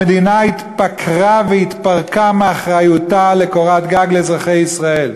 המדינה התפקרה והתפרקה מאחריותה לקורת גג לאזרחי ישראל.